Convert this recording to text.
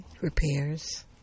repairs